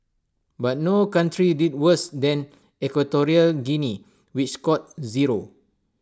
but no country did worse than equatorial Guinea which scored zero